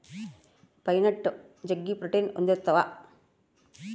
pine nut ಜಗ್ಗಿ protein ಹೊಂದಿರ್ತವ